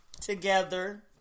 together